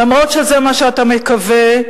אף-על-פי שזה מה שאתה מקווה,